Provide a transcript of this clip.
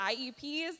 IEPs